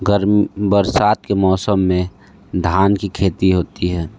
गर्म बरसात के मौसम में धान की खेती होती है